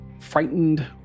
frightened